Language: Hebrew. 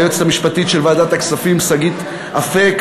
ליועצת המשפטית של ועדת הכספים שגית אפק,